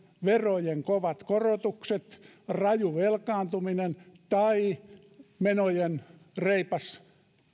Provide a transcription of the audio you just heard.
verojen kovat korotukset raju velkaantuminen tai menojen reipas